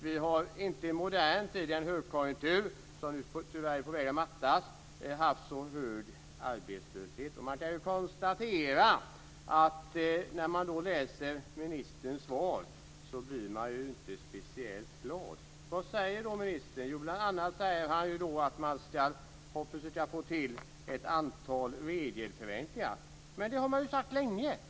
Vi har inte i modern tid under en högkonjunktur, som nu tyvärr är på väg att mattas, haft så hög arbetslöshet. När man läser ministerns svar blir man inte speciellt glad. Vad säger ministern? Bl.a. säger han att man ska försöka få till stånd ett antal regelförenklingar. Men det har man ju sagt länge.